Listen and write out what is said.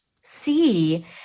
see